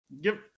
give